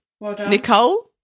nicole